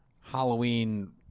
Halloween